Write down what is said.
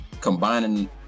combining